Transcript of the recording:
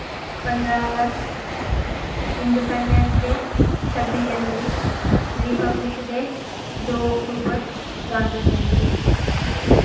पन्दरां अगस्त independence day छब्बी जनवरी रिपब्लिक डे दो अक्टूबर गांधी जयंती